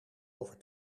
over